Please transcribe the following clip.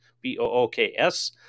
B-O-O-K-S